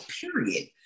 period